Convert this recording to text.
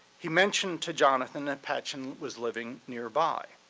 he mentioned to jonathan that patchen was living nearby.